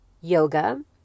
yoga